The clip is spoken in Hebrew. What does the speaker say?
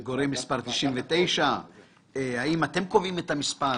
למשל "גורם מספר 99". האם אתם קובעים את המספר?